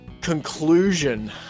conclusion